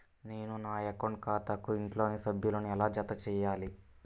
నేను నా అకౌంట్ ఖాతాకు ఇంట్లోని సభ్యులను ఎలా జతచేయాలి?